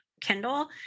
Kindle